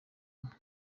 inka